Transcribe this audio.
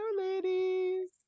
ladies